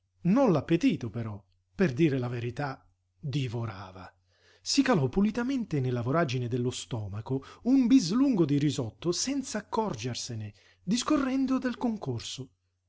non l'appetito però per dire la verità divorava si calò pulitamente nella voragine dello stomaco un bislungo di risotto senza accorgersene discorrendo del concorso